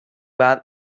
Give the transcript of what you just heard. band